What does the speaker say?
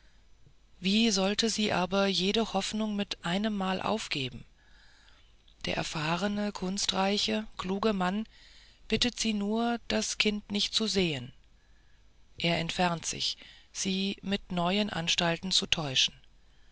wie sollte sie aber jede hoffnung mit einmal aufgeben der erfahrne kunstreiche kluge mann bittet sie nur das kind nicht zu sehen er entfernt sich sie mit neuen anstalten zu täuschen